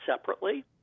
separately